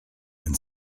and